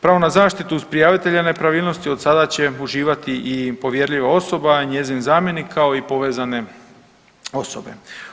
Pravo na zaštitu prijavitelja nepravilnosti od sada će uživati i povjerljiva osoba, njezin zamjenik kao i povezane osobe.